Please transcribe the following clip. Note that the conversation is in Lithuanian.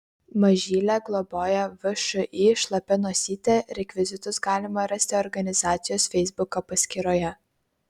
mažylę globoja všį šlapia nosytė rekvizitus galima rasti organizacijos feisbuko paskyroje